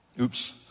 Oops